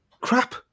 Crap